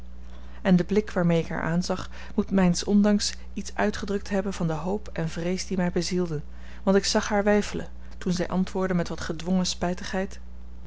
en de blik waarmee ik haar aanzag moet mijns ondanks iets uitgedrukt hebben van de hoop en vrees die mij bezielden want ik zag haar weifelen toen zij antwoordde met wat gedwongen